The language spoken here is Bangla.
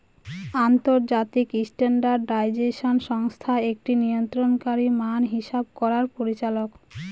আন্তর্জাতিক স্ট্যান্ডার্ডাইজেশন সংস্থা একটি নিয়ন্ত্রণকারী মান হিসাব করার পরিচালক